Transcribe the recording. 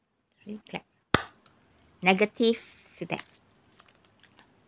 three clap negative feedback